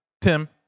Tim